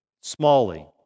Smalley